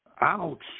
Ouch